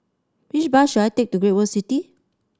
which bus should I take to Great World City